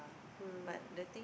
ah